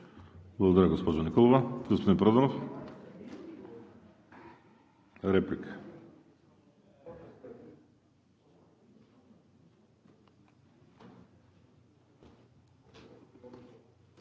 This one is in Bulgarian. Благодаря, госпожо Николова. Господин Проданов – реплика.